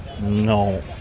No